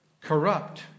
corrupt